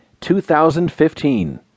2015